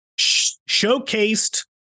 showcased